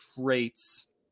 traits